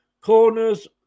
Corners